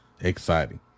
Exciting